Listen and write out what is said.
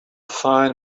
fine